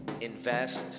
invest